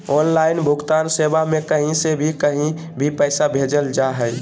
online भुगतान सेवा में कही से भी कही भी पैसा भेजल जा हइ